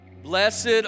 Blessed